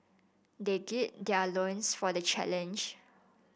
they gird their loins for the challenge